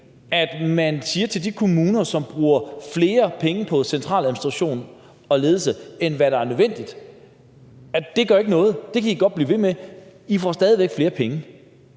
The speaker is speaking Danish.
at man siger til de kommuner, som bruger flere penge på centraladministration og ledelse, end hvad der er nødvendigt, at det gør ikke noget, det kan I godt blive ved med, for I får stadig væk flere penge.